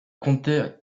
comté